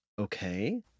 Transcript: Okay